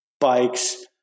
bikes